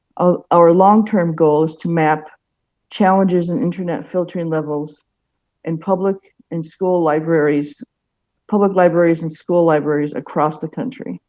ah our long-term goal is to map challenges in internet filtering levels in public and school libraries public libraries and school libraries across the country.